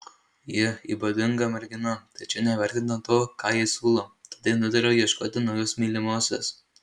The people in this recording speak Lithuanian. ji ypatinga mergina tačiau nevertina to ką jai siūlau todėl nutariau ieškoti naujos mylimosios